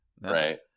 Right